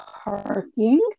parking